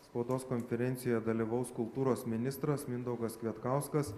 spaudos konferencijoje dalyvaus kultūros ministras mindaugas kvietkauskas